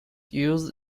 used